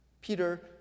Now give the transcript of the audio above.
Peter